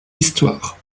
histoire